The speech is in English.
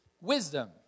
wisdom